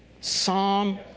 Psalm